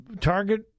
Target